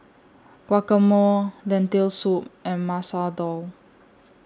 Guacamole Lentil Soup and Masoor Dal